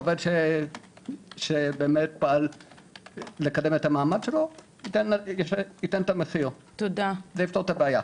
שעובד שבאמת פעל לקדם את המעמד שלו ייתן את המחיר וזה יפתור את הבעיה.